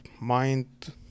mind